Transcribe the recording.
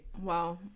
Wow